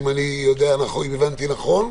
אם הבנתי נכון,